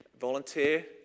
volunteer